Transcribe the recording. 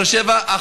באר שבע,